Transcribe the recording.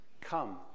Come